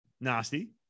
nasty